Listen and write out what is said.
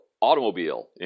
Automobile